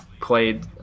played